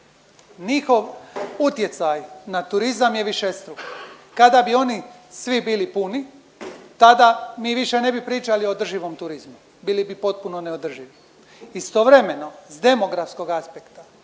Njihov utjecaj na turizam je višestruk. Kada bi oni svi bili puni, tada mi više ne bi pričali o održivom turizmu, bili bi potpuno neodrživi. Istovremeno, s demografskog aspekta,